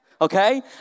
okay